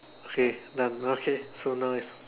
okay done okay so now is